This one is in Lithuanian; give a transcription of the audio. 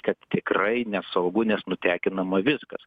kad tikrai nesaugu nes nutekinama viskas